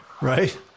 right